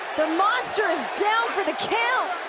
the monster is down for the count.